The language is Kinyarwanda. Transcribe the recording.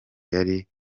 yari